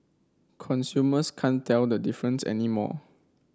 consumers can't tell the difference anymore